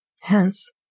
Hence